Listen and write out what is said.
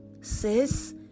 sis